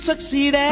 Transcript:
Succeed